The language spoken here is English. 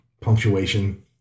punctuation